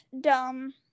dumb